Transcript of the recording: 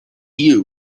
you